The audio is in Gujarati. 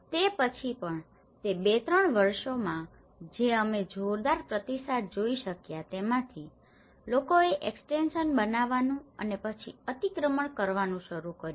તે પછી પણ તે બે ત્રણ વર્ષોમાં જે અમે જોરદાર પ્રતિસાદ જોઈ શક્યા તેમાંથી લોકોએ એક્સ્ટેંશન બનાવવાનું અને પછી અતિક્રમણ કરવાનું શરૂ કર્યું